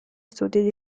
studi